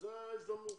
וזו ההזדמנות,